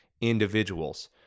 individuals